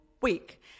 week